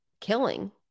killing